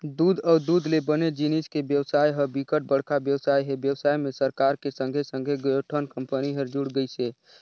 दूद अउ दूद ले बने जिनिस के बेवसाय ह बिकट बड़का बेवसाय हे, बेवसाय में सरकार के संघे संघे कयोठन कंपनी हर जुड़ गइसे